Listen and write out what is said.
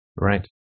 Right